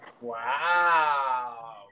Wow